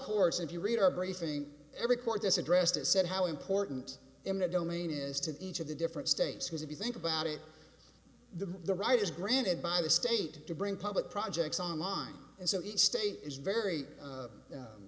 courts if you read are bracing every court this addressed it said how important eminent domain is to each of the different states because if you think about it the the right is granted by the state to bring public projects online and so each state is very